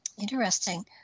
interesting